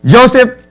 Joseph